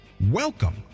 welcome